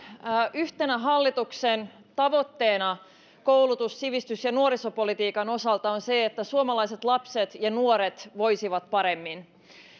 yhtenä hallituksen tavoitteena koulutus sivistys ja nuorisopolitiikan osalta on se että suomalaiset lapset ja nuoret voisivat paremmin